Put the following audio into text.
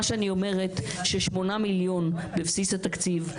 מה שאני אומרת ששמונה מיליון בבסיס התקציב,